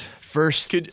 First